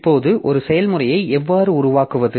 இப்போது ஒரு செயல்முறையை எவ்வாறு உருவாக்குவது